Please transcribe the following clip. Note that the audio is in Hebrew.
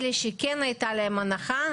אלה שכן הייתה להם הנחה,